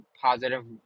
positive